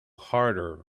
harder